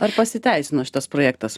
ar pasiteisino šitas projektas